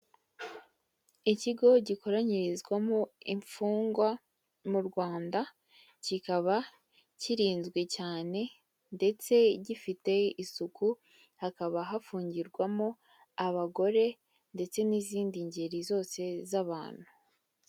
Ikigo gikoranyirizwamo imfungwa mu Rwanda, kikaba kirinzwe cyane ndetse gifite isuku, hakaba hafungirwamo abagore ndetse n'izindi ngeri zose z'abantu.